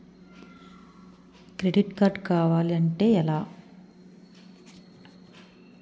Credit card కావాలి అంటే ఎలా?